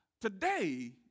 today